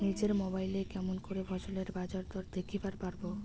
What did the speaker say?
নিজের মোবাইলে কেমন করে ফসলের বাজারদর দেখিবার পারবো?